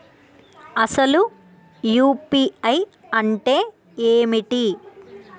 అసలు యూ.పీ.ఐ అంటే ఏమిటి?